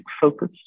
focus